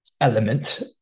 element